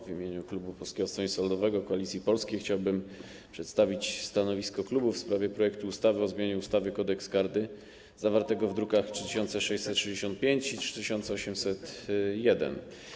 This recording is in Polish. W imieniu klubu Polskie Stronnictwo Ludowe - Koalicja Polska chciałbym przedstawić stanowisko klubu w sprawie projektu ustawy o zmianie ustawy Kodeks karny zawartego w drukach nr 3665 i 3801.